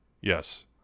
Yes